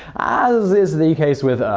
as is the case with